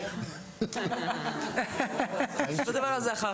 נדבר על זה אחר כך.